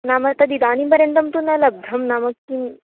नाम तद् इदानीं पर्यन्तं तु न लब्धं नाम तु